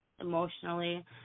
emotionally